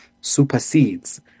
supersedes